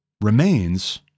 remains